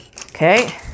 Okay